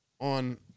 on